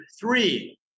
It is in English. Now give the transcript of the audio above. three